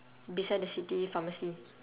beside the city pharmacy